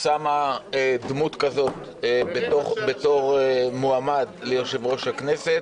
שמה דמות כזאת בתור מועמד ליושב-ראש הכנסת.